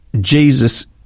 Jesus